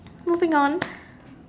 moving on